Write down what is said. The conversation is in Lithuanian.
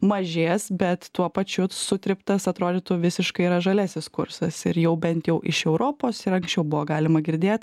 mažės bet tuo pačiu sutryptas atrodytų visiškai yra žaliasis kursas ir jau bent jau iš europos ir anksčiau buvo galima girdėt